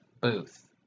booth